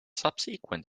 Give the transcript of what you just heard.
subsequent